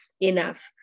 enough